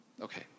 okay